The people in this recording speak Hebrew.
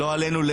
לא עלינו,